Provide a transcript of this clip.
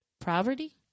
Poverty